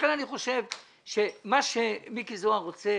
לכן אני חושב שמה שמיקי זוהר רוצה,